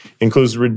includes